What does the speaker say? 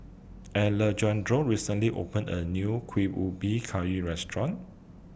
Alejandro recently opened A New Kuih Ubi Kayu Restaurant